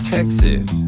Texas